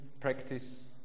practice